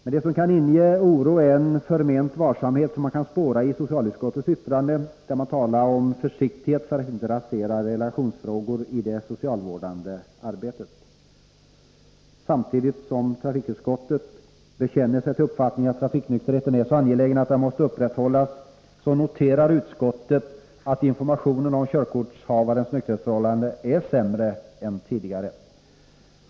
Men det som kan inge oro är en förment varsamhet som man kan spåra i socialutskottets yttrande, där man talar om försiktighet för att inte relationer i det socialvårdande arbetet skall raseras. Samtidigt som trafikutskottet bekänner sig till uppfattningen att trafiknykterheten är så angelägen att den måste upprätthållas, noterar utskottet att informationen om körkortshavares nykterhetsförhållanden är sämre än tidigare.